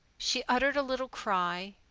she uttered a little cry,